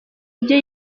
ibyo